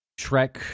Shrek